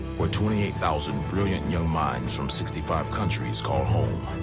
where twenty eight thousand brilliant young minds from sixty five countries call home.